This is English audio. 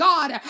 God